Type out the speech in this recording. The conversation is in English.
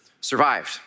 survived